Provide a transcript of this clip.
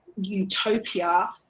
utopia